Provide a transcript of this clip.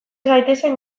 gaitezen